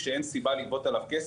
כשאין סיבה לגבות עליו כסף,